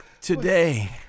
Today